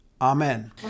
Amen